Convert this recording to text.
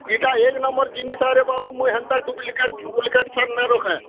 ଇଟା ଏକ୍ ନମ୍ୱର୍ ଜିନିଷ୍ ଆଏରେ ବାବୁ ମୁଇଁ ହେନ୍ତା ଡ଼ୁପ୍ଲିକେଟ୍ ଫୁପ୍ଲିକେଟ୍ ସାର୍ ନାଇଁ ରଖେଁ